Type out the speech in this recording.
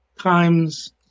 times